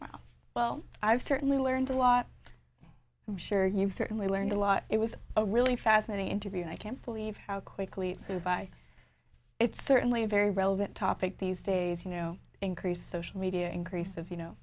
information well i've certainly learned a lot i'm sure you've certainly learned a lot it was a really fascinating interview and i can't believe how quickly food by it's certainly a very relevant topic these days you know increased social media increase of you know